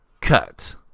Cut